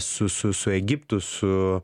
su su su egiptu su